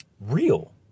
real